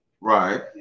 Right